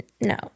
No